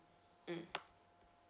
mm